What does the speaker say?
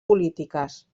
polítiques